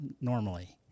normally